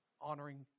honoring